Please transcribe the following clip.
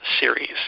series